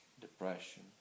depression